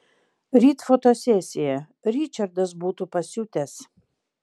ryt fotosesija ričardas būtų pasiutęs